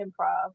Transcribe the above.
improv